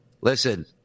Listen